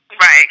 Right